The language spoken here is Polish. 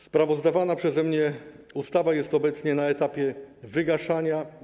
Sprawozdawana przeze mnie ustawa jest obecnie na etapie wygaszania.